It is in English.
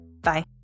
Bye